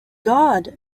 god